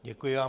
Děkuji vám.